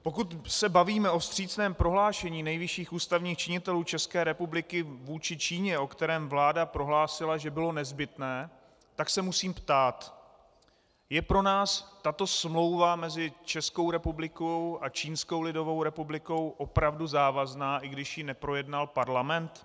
Pokud se bavíme o vstřícném prohlášení nejvyšších ústavních činitelů České republiky vůči Číně, o kterém vláda prohlásila, že bylo nezbytné, tak se musím ptát: Je pro nás tato smlouva mezi Českou republikou a Čínskou lidovou republikou opravdu závazná, i když ji neprojednal Parlament?